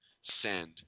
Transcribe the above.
send